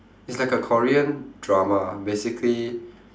is like a korean drama basically